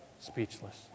speechless